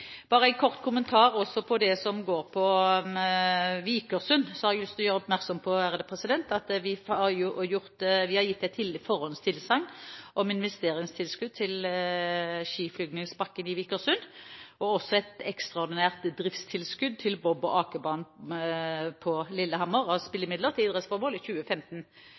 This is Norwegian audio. det som dreier seg om Vikersund. Jeg har lyst til å gjøre oppmerksom på at vi har gitt forhåndstilsagn om investeringstilskudd til skiflygingsbakken i Vikersund og også et ekstraordinært driftstilskudd til bob- og akebanen på Lillehammer, fordelt fra spillemidlene til idrettsformål i 2015. Hovedfordelingen av disse spillemidlene til idrettsformål i 2015